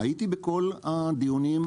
הייתי בכל הדיונים,